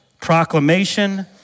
proclamation